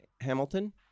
Hamilton